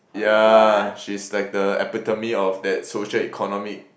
ya she's like the epitome of that social economic